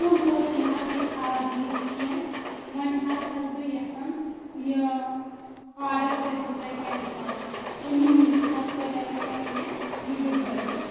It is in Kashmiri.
تِم پٔژھۍ نَہ حظ ہیٚکہِ آزٕ یِتھ کیٚنٛہہ وۄنۍ حظ چھَس بہٕ یَسَن یہِ آرڈَر کٔرِو تۄہہِ کٮ۪نسَل اَمی موٗجوٗب حظ کَریوٕ تۄہہِ مےٚ یہِ گُزٲرِش